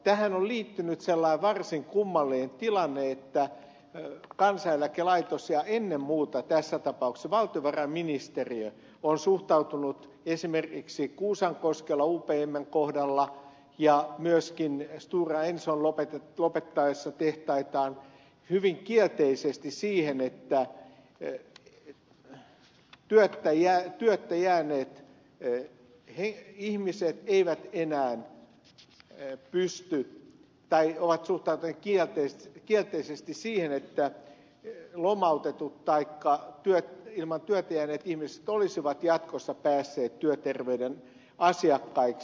tähän on liittynyt sellainen varsin kummallinen tilanne että kansaneläkelaitos ja ennen muuta tässä tapauksessa valtiovarainministeriö ovat suhtautuneet esimerkiksi kuusankoskella upmn kohdalla ja myöskin stora enson lopettaessa tehtaitaan kielteisesti siihen että pelin pyörittäjää ettei ääni ei heti ihmiset eivät enää nyt en pysty tai ovat mutta kaikkia töistä tietoisesti siihen että lomautetut taikka ilman työtä jääneet ihmiset olisivat jatkossa päässeet työterveyden asiakkaiksi